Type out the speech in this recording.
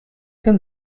can